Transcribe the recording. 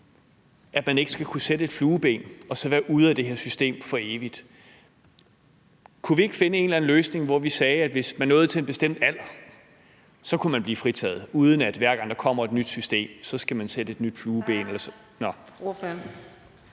at man ikke skal kunne sætte et flueben og så være ude af det her system for evigt. Kunne vi ikke finde en eller anden løsning, hvor vi sagde, at hvis man nåede til en bestemt alder, så kunne man blive fritaget, uden at man, hver gang der kommer et nyt system, skal sætte et nyt flueben? Kl. 14:47 Fjerde